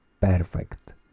perfect